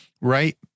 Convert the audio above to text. right